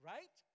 Right